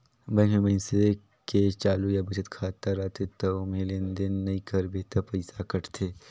bank में मइनसे के चालू या बचत खाता रथे त ओम्हे लेन देन नइ करबे त पइसा कटथे